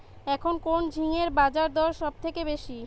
এখন কোন ঝিঙ্গের বাজারদর সবথেকে বেশি?